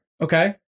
okay